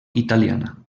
italiana